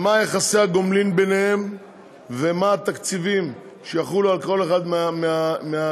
מה יהיו יחסי הגומלין ביניהם ומה התקציבים של כל אחד מהתאגידים.